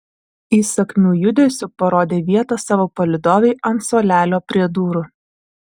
įsakmiu judesiu parodė vietą savo palydovei ant suolelio prie durų